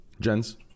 Jens